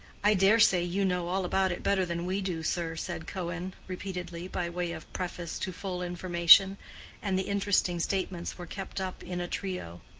i dare say you know all about it better than we do, sir, said cohen, repeatedly, by way of preface to full information and the interesting statements were kept up in a trio.